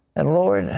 and lord,